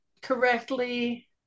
correctly